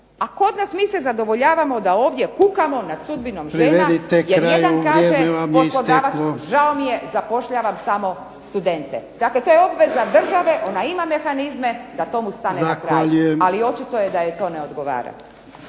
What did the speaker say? A kod nas mi se zadovoljavamo da ovdje kukamo nad sudbinom žena jer jedan kaže, poslodavac žao mi je zapošljavam samo studente. Dakle, to je obveza država ona ima mehanizme da tomu stanje na kraj. Ali očito je da joj to ne odgovora.